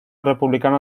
republicano